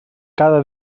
cada